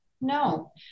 No